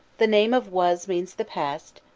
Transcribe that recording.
the name of was means the past,